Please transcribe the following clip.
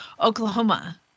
Oklahoma